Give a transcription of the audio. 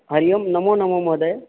हरिः ओं नमोनमः महोदय